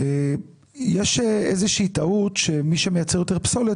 יש איזושהי טעות שמי שמייצר יותר פסולת